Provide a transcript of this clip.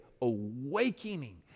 awakening